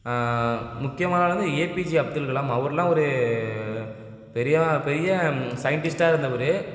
முக்கியமான ஆள் வந்து ஏபிஜே அப்துல் கலாம் அவரெலாம் ஒரு பெரிய பெரிய சயின்டிஸ்ட்டாக இருந்தவர்